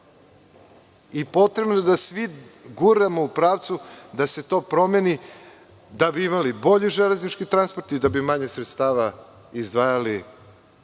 Potrebno je da svi guramo u pravcu da se to promeni da bi imali bolje železnički transport i da bi manje sredstava izdvajali